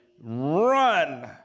run